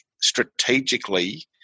strategically